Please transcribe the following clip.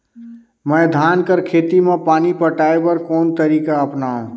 मैं धान कर खेती म पानी पटाय बर कोन तरीका अपनावो?